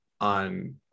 on